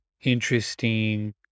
interesting